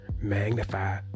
magnify